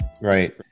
right